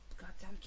goddamn